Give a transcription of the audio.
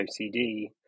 ocd